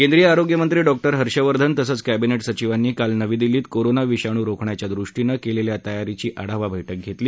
केंद्रीय आरोग्यमंत्री डॉक्टर हर्षवर्धन तसंच कॅबिनेट सचिवांनी काल नवी दिल्लीत कोरना विषाणू रोखण्याच्यादृष्टीनं केलेल्या तयारीची आढावा बैठक घेतली